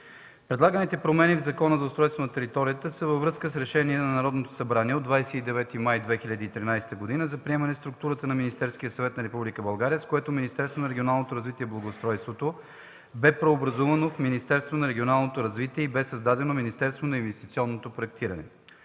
Предлаганите промени в Закона за устройство на територията са във връзка с Решението на Народното събрание от 29 май 2013 г. за приемане на структура на Министерския съвет на Република България, с което Министерството на регионалното развитие и благоустройството бе преобразувано в Министерство на регионалното развитие и бе създадено Министерство на инвестиционното проектиране.